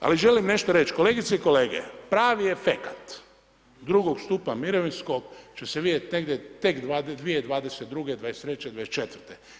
Ali želim nešto reći, kolegice i kolege, pravi efekat drugog stupa mirovinskog će se vidjeti negdje tek 2022., 2023., 2024.